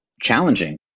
challenging